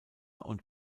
und